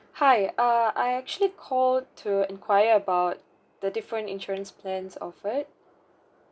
hi err I actually call to enquire about the different insurance plans offered